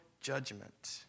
Judgment